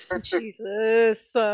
Jesus